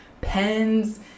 pens